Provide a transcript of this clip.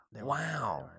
Wow